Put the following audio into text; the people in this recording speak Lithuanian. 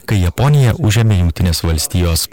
kai japoniją užėmė jungtinės valstijos